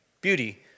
Beauty